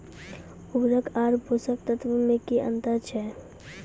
उर्वरक आर पोसक तत्व मे की अन्तर छै?